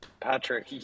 Patrick